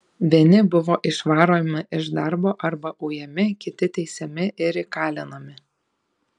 vieni buvo išvaromi iš darbo arba ujami kiti teisiami ir įkalinami